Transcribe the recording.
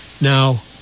Now